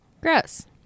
Gross